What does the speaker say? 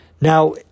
Now